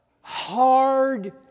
hard